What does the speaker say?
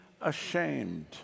ashamed